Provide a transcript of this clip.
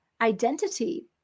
identity